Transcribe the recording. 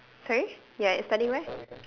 sorry you're at studying where